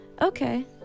Okay